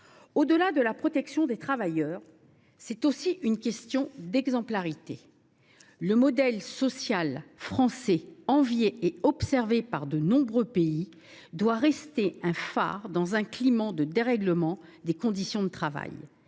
Au delà de la protection des travailleurs, c’est aussi une question d’exemplarité : le modèle social français, envié et observé par de nombreux pays, doit rester un phare dans un climat de dérèglement des conditions de travail.